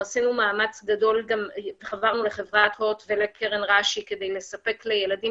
התחברנו לחברת הוט ולקרן רשי כדי לספק לילדים